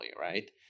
right